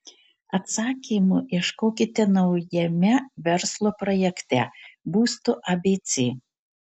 atsakymo ieškokite naujame verslo projekte būsto abc